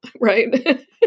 right